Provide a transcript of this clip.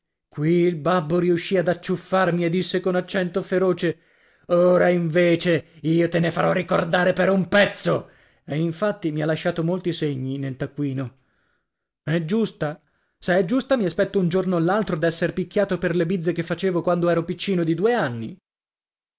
qui il babbo riuscì ad acciuffarmi e disse con accento feroce ora invece io te ne farò ricordare per un pezzo e infatti mi ha lasciato molti segni nel taccuino è giusta se è giusta mi aspetto un giorno o l'altro d'esser picchiato per le bizze che facevo quando ero piccino di due anni